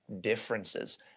differences